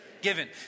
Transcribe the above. Given